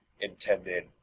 intended